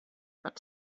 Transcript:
but